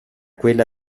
quella